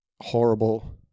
horrible